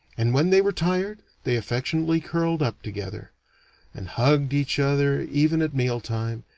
and when they were tired, they affectionately curled up together and hugged each other even at mealtime,